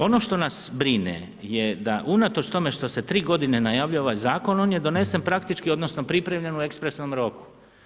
Ono što nas brine je da unatoč tome što se tri godine najavljuje ovaj zakon, on je donesen, praktički, odnosno pripremljen u ekspresnom roku.